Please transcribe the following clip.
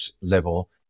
level